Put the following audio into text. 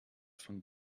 von